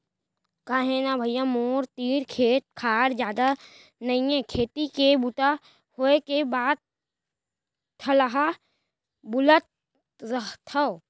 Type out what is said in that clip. का हे न भइया मोर तीर खेत खार जादा नइये खेती के बूता होय के बाद ठलहा बुलत रथव